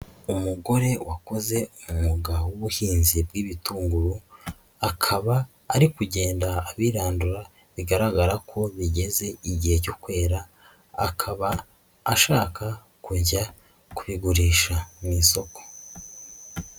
Umugore wakoze umwuga w'ubuhinzi bw'ibitunguru, akaba ari kugenda abirandura bigaragara ko bigeze igihe cyo kwera, akaba ashaka kujya kubigurisha mu isoko.